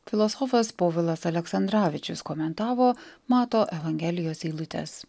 filosofas povilas aleksandravičius komentavo mato evangelijos eilutes